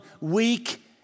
weak